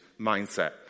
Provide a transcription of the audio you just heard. mindset